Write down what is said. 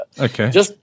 Okay